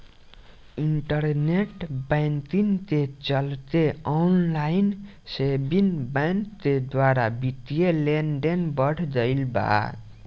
internet banking के चलते online saving bank के द्वारा बित्तीय लेनदेन बढ़ गईल बा